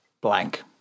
Blank